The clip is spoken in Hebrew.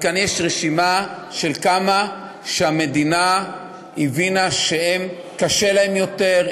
וכאן יש רשימה של כמה שהמדינה הבינה שקשה להם יותר,